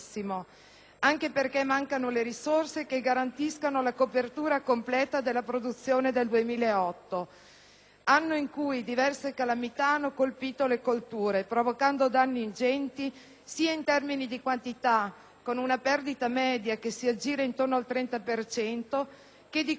anche perché mancano le risorse che garantiscano la copertura completa della produzione del 2008, anno in cui diverse calamità hanno colpito le colture, provocando danni ingenti sia in termini di quantità, con un perdita media che si aggira intorno al 30 per cento, che di qualità,